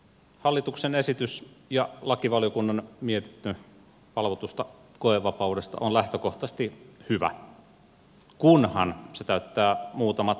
hallituksen esitys ja lakivaliokunnan mietintö valvotusta koevapaudesta on lähtökohtaisesti hyvä kunhan se täyttää muutamat edellytykset